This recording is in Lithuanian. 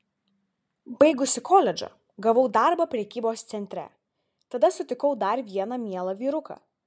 baigusi koledžą gavau darbą prekybos centre tada sutikau dar vieną mielą vyruką